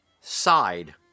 side